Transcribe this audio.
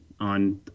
on